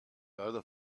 other